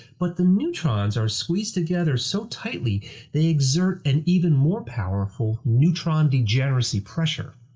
but the neutrons are squeezed together so tightly they exert an even more powerful neutron degeneracy pressure.